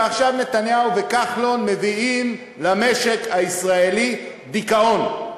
ועכשיו נתניהו וכחלון מביאים למשק הישראלי דיכאון.